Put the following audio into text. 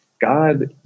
God